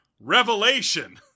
revelation